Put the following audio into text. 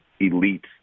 elite